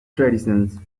traditions